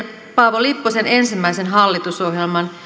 paavo lipposen ensimmäisen hallitusohjelman